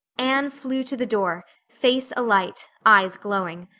anne flew to the door, face alight, eyes glowing.